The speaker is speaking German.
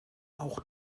auch